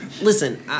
Listen